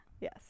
yes